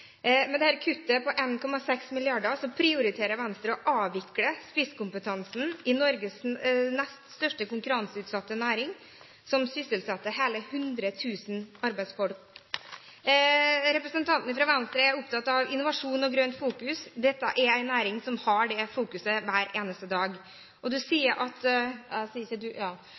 Med dette kuttet på 1,6 mrd. kr prioriterer Venstre å avvikle spisskompetansen i Norges nest største konkurranseutsatte næring, som sysselsetter hele 100 000 arbeidsfolk. Representanten fra Venstre er opptatt av innovasjon og grønt fokus. Dette er en næring som har det fokuset hver eneste dag. Representanten sier at nasjonal og lokal samhandling er viktig. Men er det ikke